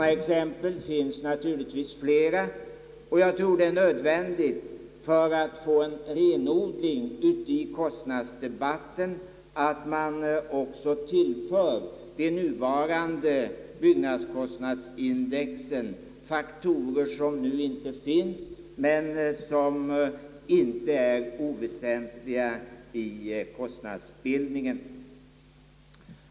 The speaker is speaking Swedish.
Det finns naturligtvis flera sådana här exempel. För att nå en renodling i kostnadsdebatten tror jag det är nödvändigt att tillföra de nuvarande byggnadskostnadsindexen faktorer, som nu inte finns men som inte är oväsentliga i kostnadsbildningen.